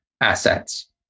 assets